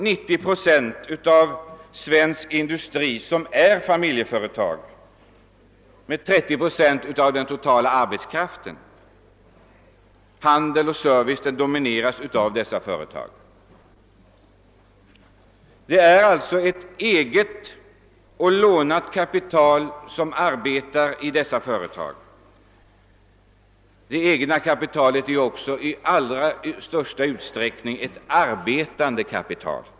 90 procent av svensk industri är familjeföretag, och dessa företag sysselsätter 30 procent av den totala arbetskraften. Handel och service domineras av dessa företag. Det är alltså eget och lånat kapital som arbetar i dessa företag. Det egna kapitalet är också i största utsträckning ett arbetande kapital.